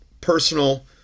personal